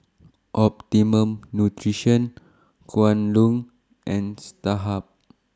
Optimum Nutrition Kwan Loong and Starhub